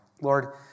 Lord